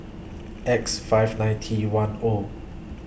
X five nine T one O